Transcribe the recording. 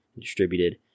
distributed